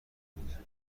میده